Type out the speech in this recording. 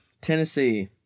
Tennessee